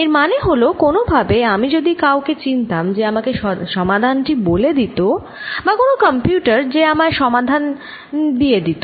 এর মানে হল কোন ভাবে আমি যদি কাউকে চিনতাম যে আমাকে সমাধান টি বলে দিত বা কোন কম্পিউটার যে আমায় সমাধান দিতে দিত